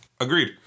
Agreed